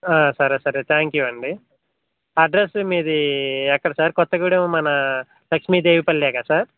సరే సరే thank you అండి అడ్రస్సు మీది ఎక్కడ సార్ కొత్త కూడా మన లక్ష్మీ దేవిపల్లి కదా సార్